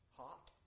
hot